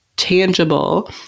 tangible